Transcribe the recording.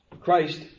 Christ